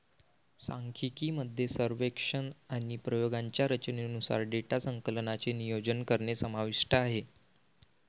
सांख्यिकी मध्ये सर्वेक्षण आणि प्रयोगांच्या रचनेनुसार डेटा संकलनाचे नियोजन करणे समाविष्ट आहे